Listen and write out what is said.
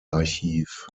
archiv